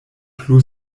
plu